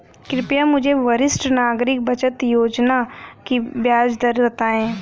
कृपया मुझे वरिष्ठ नागरिक बचत योजना की ब्याज दर बताएं